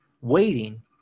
waiting